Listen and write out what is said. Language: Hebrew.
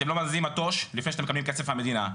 אתם לא מזיזים מטוש לפני שאתם מקבלים כסף מהמדינה,